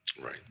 right